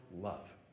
love